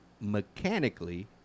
mechanically